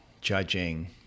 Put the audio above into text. judging